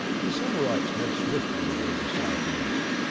the solarite sped swiftly toward the southwest.